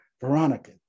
Veronica